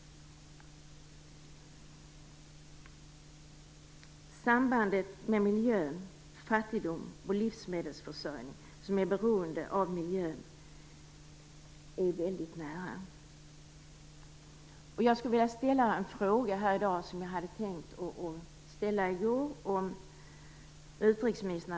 Sambandet mellan miljö, fattigdom och livsmedelsförsörjning som är beroende av miljön är väldigt nära. Jag skulle vilja ställa en fråga här i dag som jag hade tänkt ställa i går till utrikesministern.